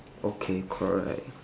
okay correct